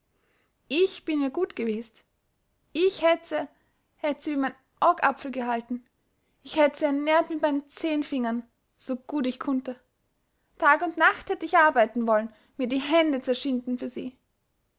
ich bin ihr gutt gewest ich hätt se hätt se wie mein'n augapfel gehalten ich hätt se ernährt mit mein'n zehn fingern so gut ich kunnte tag und nacht hätt ich arbeiten woll'n mir die hände zerschinden für sie